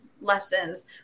lessons